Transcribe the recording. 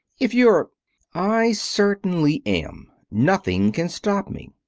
if you're i certainly am. nothing can stop me.